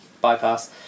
bypass